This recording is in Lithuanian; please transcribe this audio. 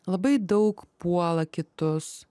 labai daug puola kitus